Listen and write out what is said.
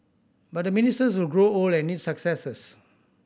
but the ministers will grow old and need successors